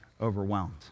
overwhelmed